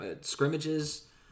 scrimmages